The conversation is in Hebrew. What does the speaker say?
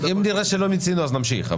אם נראה שלא מיצינו, אז נמשיך.